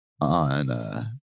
on